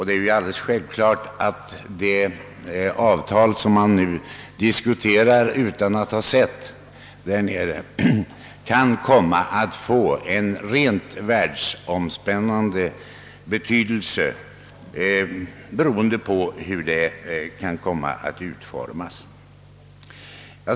Det är alldeles självklart att det avtal som man nu diskuterar kan komma att få en rent världsomspännande betydelse beroende på hur det kommer att utformas.